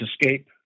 escape